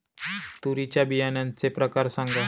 तूरीच्या बियाण्याचे प्रकार सांगा